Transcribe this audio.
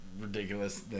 ridiculous